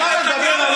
אתה מדבר עלינו?